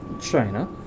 China